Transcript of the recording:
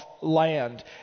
land